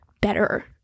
better